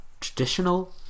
traditional